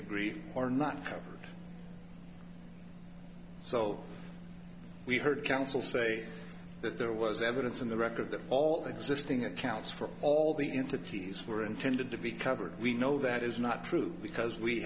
agree are not covered so we heard counsel say that there was evidence in the record that all the existing accounts for all the into ts were intended to be covered we know that is not true because we